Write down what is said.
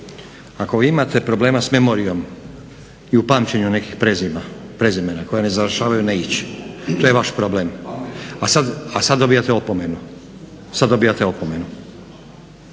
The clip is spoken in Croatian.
vi imate problema s memorijom i u pamćenju nekih prezimena koja ne završavaju na ić to je vaš problem. A sada dobijate opomenu.